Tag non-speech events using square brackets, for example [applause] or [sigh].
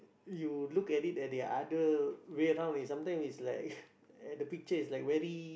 you look at it at the other way round is sometime is like [breath] the picture is like very